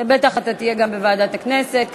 בטח אתה תהיה גם בוועדת הכנסת,